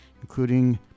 including